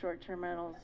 short term at all